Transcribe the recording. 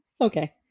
Okay